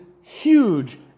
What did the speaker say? huge